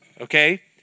okay